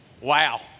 Wow